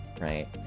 right